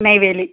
Neyveli